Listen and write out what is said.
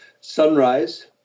sunrise